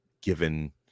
given